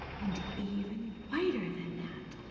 and even whiter than that.